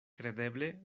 kredeble